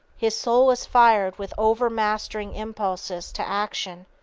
his soul is fired with overmastering impulses to action.